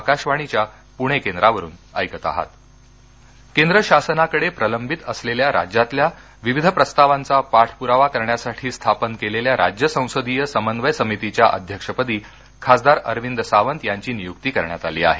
अरविंद सावंत केंद्र शासनाकडे प्रलंबित असलेल्या राज्यातल्या विविध प्रस्तावांचा पाठपुरावा करण्यासाठी स्थापन केलेल्या राज्य संसदीय समन्वय समितीच्या अध्यक्षपदी खासदार अरविंद सावंत यांची नियुक्ती करण्यात आली आहे